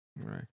Right